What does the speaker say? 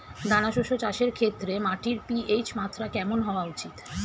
দানা শস্য চাষের ক্ষেত্রে মাটির পি.এইচ মাত্রা কেমন হওয়া উচিৎ?